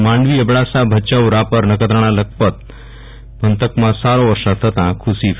માંડવી અબડાસા ભયાઉ રાપર નખત્રાણા લખપત પંથકમાં સારી વરસાદ થતા ખુશી કેલાઈ હતી